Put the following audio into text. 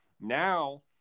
now